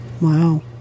wow